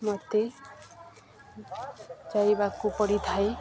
ମୋତେ ପଡ଼ିଥାଏ